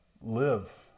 Live